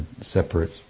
separate